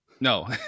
No